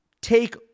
take